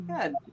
Good